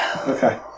Okay